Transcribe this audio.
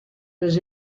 does